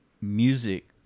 music